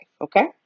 Okay